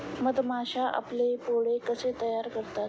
मधमाश्या आपले पोळे कसे तयार करतात?